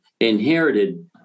inherited